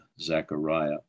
Zechariah